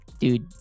dude